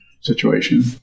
situation